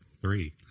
three